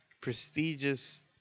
prestigious